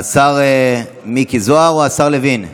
השר מיקי זוהר או השר לוין?